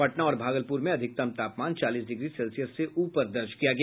पटना और भागलपुर में अधिकतम तापमान चालीस डिग्री सेल्सियस से ऊपर दर्ज किया गया